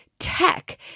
Tech